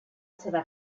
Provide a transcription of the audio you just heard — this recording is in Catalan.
seva